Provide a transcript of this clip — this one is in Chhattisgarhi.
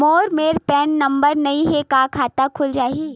मोर मेर पैन नंबर नई हे का खाता खुल जाही?